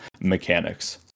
mechanics